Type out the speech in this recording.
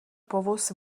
povoz